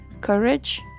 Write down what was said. courage